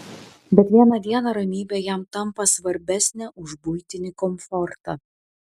bet vieną dieną ramybė jam tampa svarbesnė už buitinį komfortą